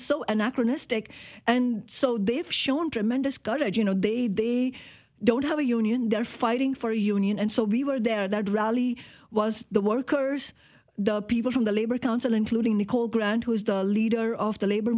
so anachronistic and so they've shown tremendous courage you know they don't have a union they're fighting for a union and so we were there at that rally was the workers the people from the labor council including nicole grant who is the leader of the labor